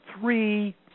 three –